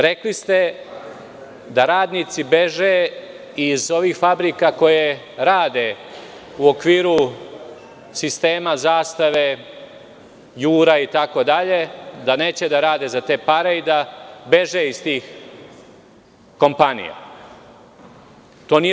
Rekli ste da radnici beže iz ovih fabrika koje rade u okviru sistema „Zastave“, „Jura“ itd, da neće da rade za te pare i da beže iz tih kompanija.